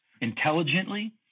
intelligently